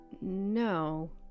No